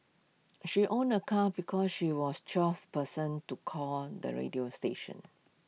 she won A car because she was twelfth person to call the radio station